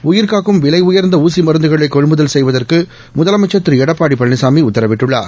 உயிர்காக்கும் விலை உயர்ந்த ஊசி மருந்துகளை கொள்முதல் செய்வதற்கு முதலமைச்சர் திரு எடப்பாடி பழனிசாமி உத்தரவிட்டுள்ளார்